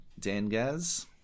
Dangaz